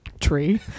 tree